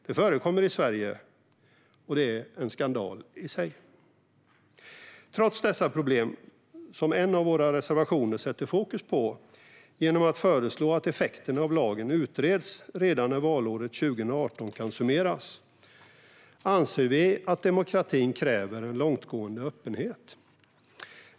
Det förekommer i Sverige, och det är en skandal i sig. Trots dessa problem, som en av våra reservationer sätter fokus på genom att föreslå att effekterna av lagen utreds redan när valåret 2018 kan summeras, anser vi att demokratin kräver en långtgående öppenhet.